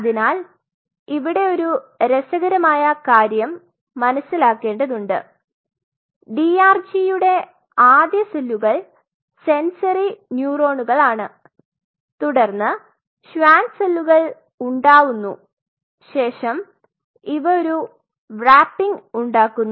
അതിനാൽ ഇവിടെ ഒരു രസകരമായ കാര്യം മനസ്സിലാക്കേണ്ടതുണ്ട് DRG യുടെ ആദ്യ സെല്ലുകൾ സെൻസറി ന്യൂറോണുകളാണ് തുടർന്ന് ഷ്വാർ സെല്ലുകൾ ഉണ്ടാവുന്നു ശേഷം ഇവ ഒരു വ്രപ്പിംഗ് ഉണ്ടാകുന്നു